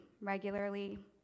regularly